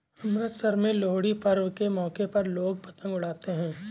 अमृतसर में लोहड़ी पर्व के मौके पर लोग पतंग उड़ाते है